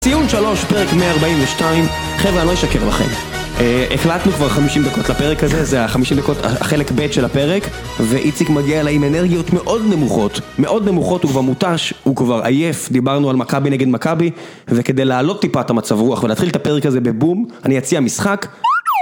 ציון 3, פרק 142, חבר'ה אני לא אשקר לכם. הקלטנו כבר 50 דקות לפרק הזה, זה החלק ב' של הפרק, ואיציק מגיע אליי עם אנרגיות מאוד נמוכות, מאוד נמוכות, הוא כבר מותש, הוא כבר עייף, דיברנו על מכבי נגד מכבי, וכדי לעלות טיפה את המצב רוח ולהתחיל את הפרק הזה בבום, אני אציע משחק.